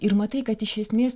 ir matai kad iš esmės